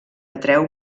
atreu